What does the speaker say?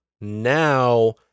now